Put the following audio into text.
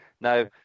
Now